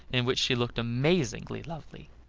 in which she looked amazingly lovely.